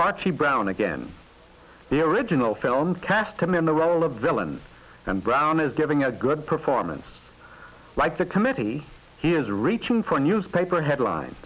archie brown again the original film cast him in the role of villain and brown is giving a good performance like the committee hears reaching for a newspaper headline